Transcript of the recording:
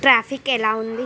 traffic ఎలా ఉంది